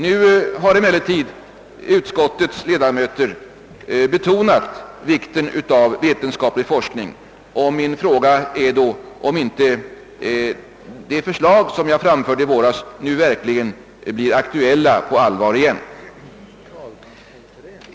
Nu har emellertid utskottets ledamöter betonat vikten av vetenskaplig forskning, och min fråga är då, om inte det förslag som jag framförde i våras nu verkligen blir aktuellt på allvar igen.